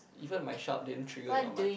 even my sharp didn't trigger your mind